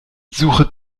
suche